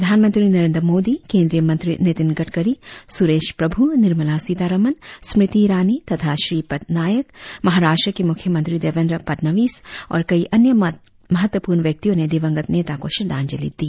प्रधानमंत्री नरेंद्र मोदी केंद्रीय मंत्री नितिन गडकरी सुरेश प्रभु निर्मला सीतारमण स्मृति इरानी तथा श्री पद नायक महाराष्ट्र के मुख्यमंत्री देवंद्र फडणवीस और कई अन्य महत्वपूर्ण व्यक्तियों ने दिवंगत नेता को श्रद्धांजलि दी